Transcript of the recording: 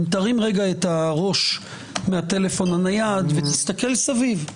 אם תרים את הראש מהטלפון הנייד ותסתכל סביב,